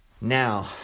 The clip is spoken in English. now